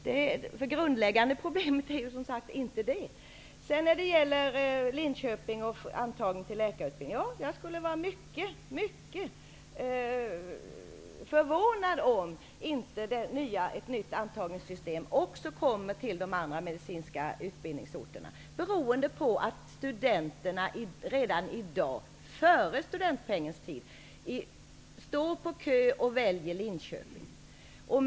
Det är inte det som är det grundläggande problemet. När det gäller antagningen till läkarutbildningen i Linköping, skulle jag vara mycket förvånad om det inte kommer ett nytt antagningssystem också till de andra medicinska utbildningsorterna. Studenterna står redan i dag -- före studentpengens tid -- på kö och väljer Linköping.